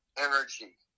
energy